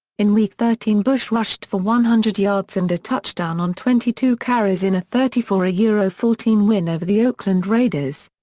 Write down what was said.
in week thirteen bush rushed for one hundred yards and a touchdown on twenty two carries in a thirty four ah yeah fourteen win over the oakland raiders.